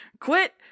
Quit